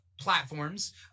platforms